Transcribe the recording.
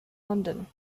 london